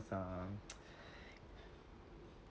um